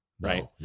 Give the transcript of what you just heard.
right